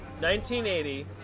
1980